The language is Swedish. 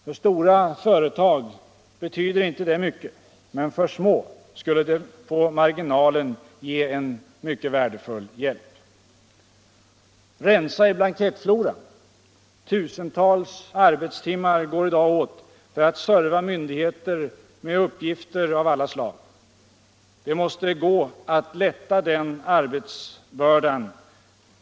För stora företag betyder inte det mycket, men för små skulle det i marginalen ge en mycket värdefull hjälp. Rensa i blankettfloran. Tusentals arbetstimmar går i dag åt för att serva myndigheter med uppgifter av alla slag. Det måste gå att lätta den arbetsbördan.